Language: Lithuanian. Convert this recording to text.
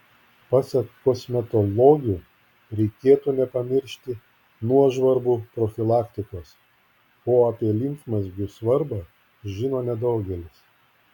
pasak kosmetologių reikėtų nepamiršti nuožvarbų profilaktikos o apie limfmazgių svarbą žino nedaugelis